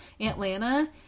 Atlanta